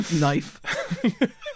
knife